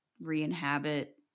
re-inhabit